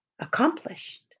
accomplished